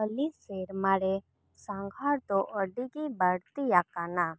ᱦᱟᱹᱞᱤ ᱥᱮᱨᱢᱟ ᱨᱮ ᱥᱟᱸᱜᱷᱟᱨ ᱫᱚ ᱟᱹᱰᱤ ᱜᱮ ᱵᱟᱹᱲᱛᱤ ᱟᱠᱟᱱᱟ